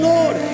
Lord